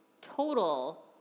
total